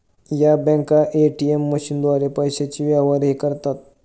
या बँका ए.टी.एम मशीनद्वारे पैशांचे व्यवहारही करतात